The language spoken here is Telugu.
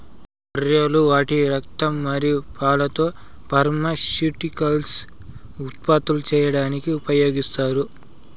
గొర్రెలు వాటి రక్తం మరియు పాలతో ఫార్మాస్యూటికల్స్ ఉత్పత్తులు చేయడానికి ఉపయోగిస్తారు